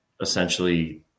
essentially